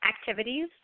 activities